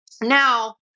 Now